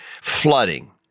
flooding